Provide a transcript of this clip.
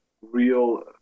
real